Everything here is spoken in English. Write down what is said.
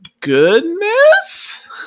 goodness